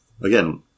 again